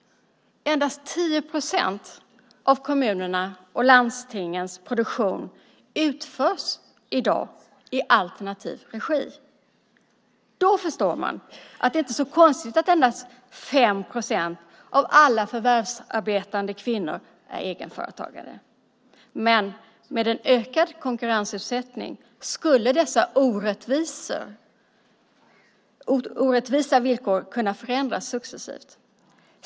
Endast 10 procent av kommunernas och landstingens produktion utförs i dag i alternativ regi. Då förstår man att det inte är så konstigt att endast 5 procent av alla förvärvsarbetande kvinnor är egenföretagare. Men med en ökad konkurrensutsättning skulle dessa orättvisa villkor kunna förändras successivt.